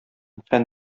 фән